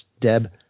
Deb